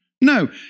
No